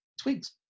twigs